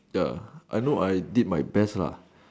ya I know I did my best lah